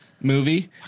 movie